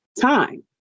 time